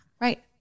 Right